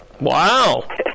Wow